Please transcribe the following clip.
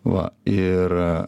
va ir